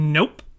Nope